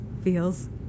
feels